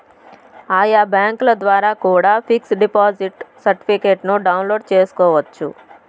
ఆయా బ్యాంకుల ద్వారా కూడా పిక్స్ డిపాజిట్ సర్టిఫికెట్ను డౌన్లోడ్ చేసుకోవచ్చు